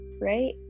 right